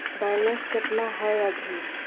Balance केतना हय अभी?